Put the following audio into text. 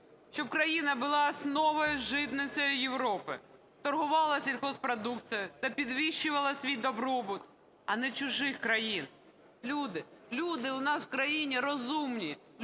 щоб країна була основою, житницею Європи, торгувала сільгосппродукцією та підвищувала свій добробут, а не чужих країн?" Люди, люди у нас в країні розумні.